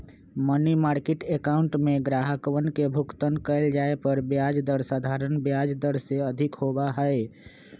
money market account में ग्राहकवन के भुगतान कइल जाये पर ब्याज दर साधारण ब्याज दर से अधिक होबा हई